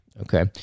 okay